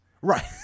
Right